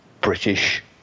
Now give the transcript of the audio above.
British